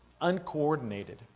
uncoordinated